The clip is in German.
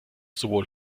sowohl